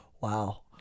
Wow